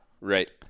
Right